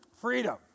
Freedom